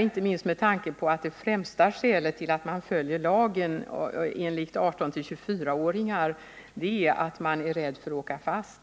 inte minst med tanke på att det främsta skälet till att man följer lagen enligt 18-24-åringar är att man är rädd för att åka fast.